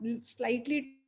slightly